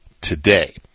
today